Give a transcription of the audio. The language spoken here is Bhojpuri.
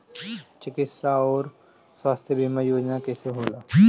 चिकित्सा आऊर स्वास्थ्य बीमा योजना कैसे होला?